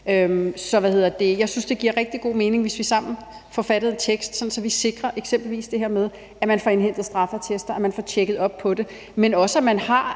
et ministerium. Så jeg synes, det giver rigtig god mening, hvis vi sammen forfatter en tekst, sådan at vi sikrer eksempelvis det her med, at man får indhentet straffeattester og at man får tjekket op på det. Jeg synes, at man